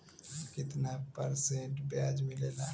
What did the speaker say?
कितना परसेंट ब्याज मिलेला?